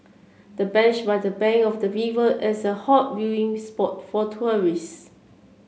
the bench by the bank of the river is a hot viewing spot for tourists